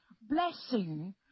blessing